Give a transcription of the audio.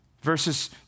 Verses